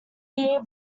year